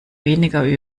weniger